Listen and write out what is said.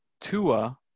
Tua